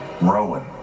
Rowan